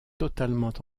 totalement